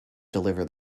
deliver